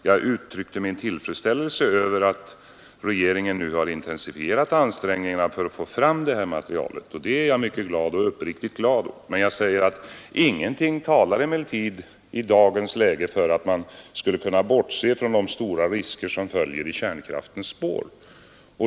Jag uttryckte min tillfredsställelse över att regeringen nu har intensifierat ansträngningarna för att få fram det här materialet — något som jag är uppriktigt glad åt. Men ingenting talar för att man i detta läge skulle kunna bortse från de stora risker som följer i kärnkraftens spår.